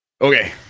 Okay